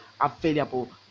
available